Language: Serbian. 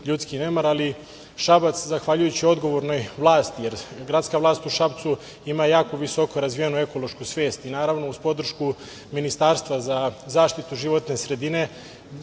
ljudski nemar, ali Šabac, zahvaljujući odgovornoj vlasti, jer gradska vlast u Šapcu ima jako visoko razvijenu ekološku svest i, naravno, uz podršku Ministarstva za zaštitu živote sredine,